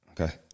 Okay